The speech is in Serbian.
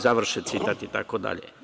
Završen citat itd.